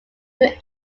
who